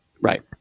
Right